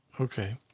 Okay